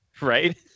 right